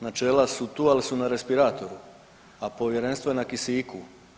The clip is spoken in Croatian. Načela su tu, ali su na respiratoru, a povjerenstvo je na kisiku.